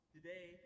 Today